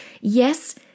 yes